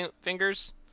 fingers